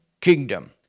kingdom